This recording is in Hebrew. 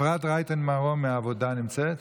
אפרת רייטן מרום מהעבודה נמצאת?